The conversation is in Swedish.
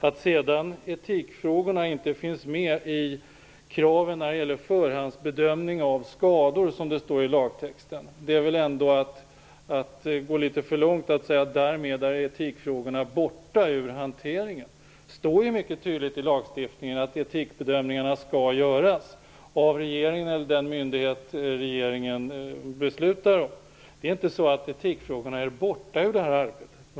Det är att gå litet för långt att säga att etikfrågorna är borta från hanteringen bara därför att de inte finns med bland kraven när det gäller förhandsbedömning av skador. Det står mycket tydligt i lagen att etikbedömningarna skall göras av regeringen eller den myndighet som regeringen beslutar om. Etikfrågorna är inte borta från det här arbetet.